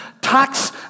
tax